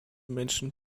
menschen